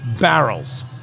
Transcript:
barrels